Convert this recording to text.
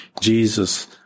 Jesus